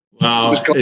Wow